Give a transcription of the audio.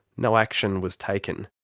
no action was taken.